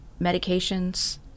medications